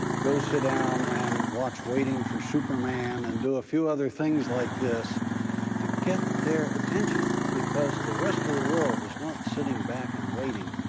go sit down and watch waiting for superman, and do a few other things like this to get their attention. because the rest of the world is not sitting back and waiting.